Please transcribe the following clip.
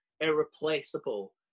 irreplaceable